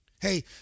Hey